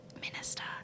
Minister